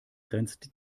grenzt